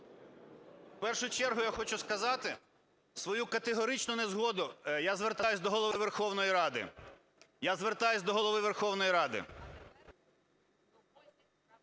В першу чергу я хочу сказати свою категоричну незгоду. Я звертаюсь до Голови Верховної Ради.